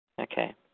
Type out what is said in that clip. Okay